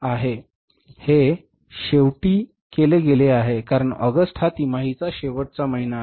हे ऑगस्टच्या शेवटी केले गेले आहे कारण ऑगस्ट हा तिमाहीचा शेवटचा महिना आहे